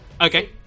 Okay